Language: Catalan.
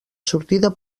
sortida